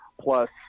Plus